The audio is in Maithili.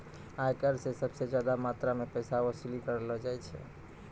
आयकर स सबस ज्यादा मात्रा म पैसा वसूली कयलो जाय छै